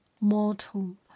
Mortal